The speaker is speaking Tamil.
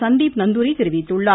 சந்தீப் நந்தாரி தெரிவித்துள்ளார்